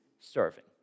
serving